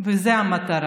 וזאת המטרה.